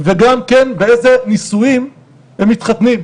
וגם כן באיזה נישואים הם מתחתנים.